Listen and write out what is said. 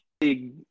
big